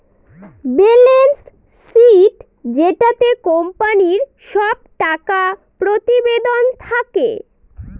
balance sheet যেটাতে কোম্পানির সব টাকা প্রতিবেদন থাকে